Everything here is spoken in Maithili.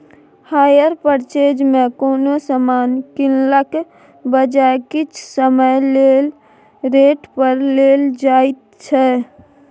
हायर परचेज मे कोनो समान कीनलाक बजाय किछ समय लेल रेंट पर लेल जाएत छै